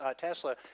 Tesla